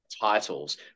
titles